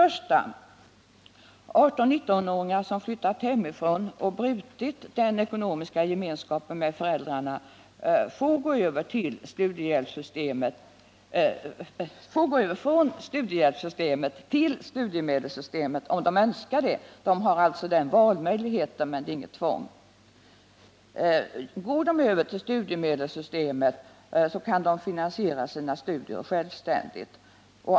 18-19-åringar som flyttat hemifrån och som brutit den ekonomiska gemenskapen med föräldrarna får gå över från studiehjälpssystemet till studiemedelssystemet, om de önskar det. De har alltså här en valmöjlighet, och det är inte fråga om något tvång. Går de över till studiemedelssystemet, kan de finansiera sina studier självständigt.